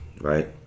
right